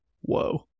Whoa